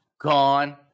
gone